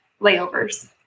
layovers